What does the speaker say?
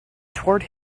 toward